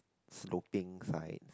sloping sides